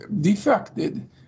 defected